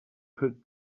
put